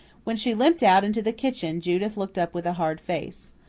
when she limped out into the kitchen, judith looked up with a hard face.